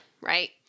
right